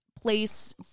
place